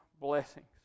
blessings